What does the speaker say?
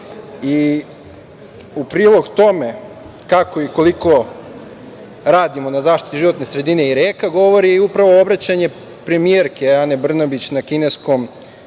i u prilog tome kako i koliko radimo na zaštiti životne sredine i reka govori upravo obraćanje premijerke Ane Brnabić na kineskom